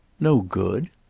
no good?